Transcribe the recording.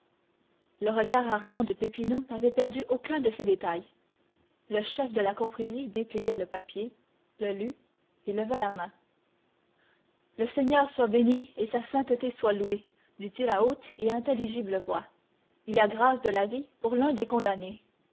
le regard ardent de peppino n'avait perdu aucun de ces détails le chef de la confrérie déplia le papier le lut et leva la main le seigneur soit béni et sa sainteté soit louée dit-il à haute et intelligible voix il y a grâce de la vie pour l'un des condamnés